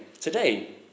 today